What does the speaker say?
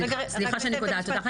סליחה שאני קוטעת אותך.